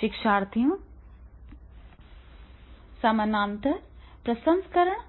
शिक्षार्थियों समानांतर प्रसंस्करण